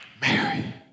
Mary